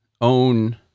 own